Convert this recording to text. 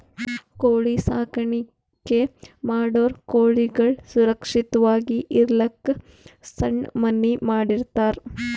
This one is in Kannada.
ಕೋಳಿ ಸಾಕಾಣಿಕೆ ಮಾಡೋರ್ ಕೋಳಿಗಳ್ ಸುರಕ್ಷತ್ವಾಗಿ ಇರಲಕ್ಕ್ ಸಣ್ಣ್ ಮನಿ ಮಾಡಿರ್ತರ್